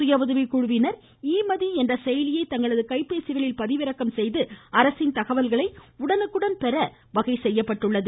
சுயஉதவிக்குழுவினர் e Mathi என்ற செயலியை தங்களது கைபேசிகளில் பதிவிறக்கம் செய்து அரசின் தகவல்களை உடனுக்குடன் பெற வகை செய்யப்பட்டுள்ளது